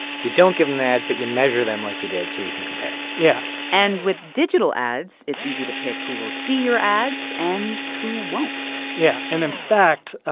you don't give them the ads, but you measure them like you did, so you can compare. yeah and with digital ads, it's easy to pick who will see your ads and who won't yeah. and in fact,